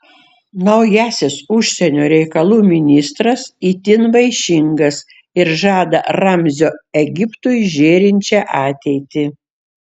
naujasis užsienio reikalų ministras itin vaišingas ir žada ramzio egiptui žėrinčią ateitį